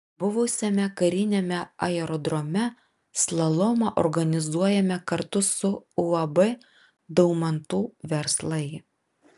buvusiame kariniame aerodrome slalomą organizuojame kartu su uab daumantų verslai